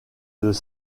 deux